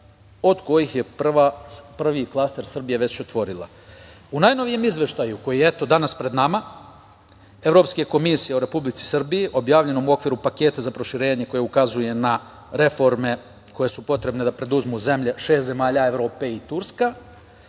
od kojih je prvi klaster Srbija već otvorila.U najnovijem Izveštaju, koji je danas pred nama, Evropske komisije o Republici Srbiji, objavljenom u okviru paketa za proširenje koji ukazuje na reforme koje su potrebne da preduzmu šest zemalja Evrope i Turska,